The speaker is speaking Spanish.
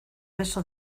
beso